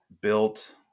built